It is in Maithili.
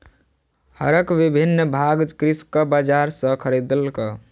हरक विभिन्न भाग कृषक बजार सॅ खरीदलक